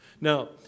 Now